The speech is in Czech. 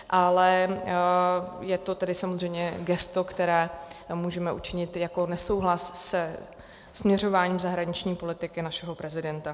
Ale je to tedy samozřejmě gesto, které můžeme učinit jako nesouhlas se směřováním zahraniční politiky našeho prezidenta.